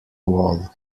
wall